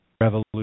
revolution